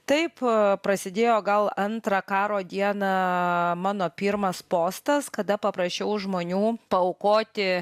taip prasidėjo gal antrą karo dieną mano pirmas postas kada paprašiau žmonių paaukoti